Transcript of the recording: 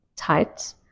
tight